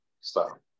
Stop